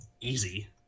Easy